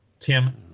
Tim